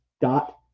dot